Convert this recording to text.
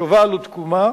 שובל ותקומה.